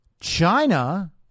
China